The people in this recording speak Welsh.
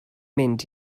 mynd